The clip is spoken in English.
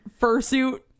fursuit